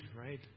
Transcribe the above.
right